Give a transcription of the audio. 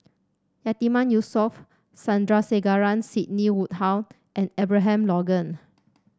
Yatiman Yusof Sandrasegaran Sidney Woodhull and Abraham Logan